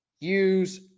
use